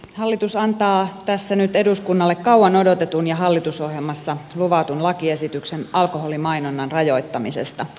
hallitus antaa tässä nyt eduskunnalle kauan odotetun ja hallitusohjelmassa luvatun lakiesityksen alkoholimainonnan rajoittamisesta